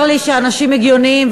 צר לי שאנשים הגיוניים,